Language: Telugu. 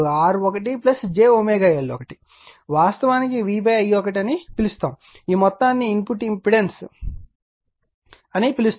కాబట్టి ఇది వాస్తవానికి V i1 అని పిలుస్తాము ఈ మొత్తాన్ని ఇన్పుట్ ఇంపెడెన్స్ అని పిలుస్తాము